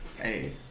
Hey